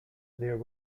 there